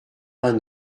vingt